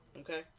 okay